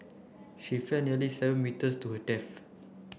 she fell nearly seven metres to her death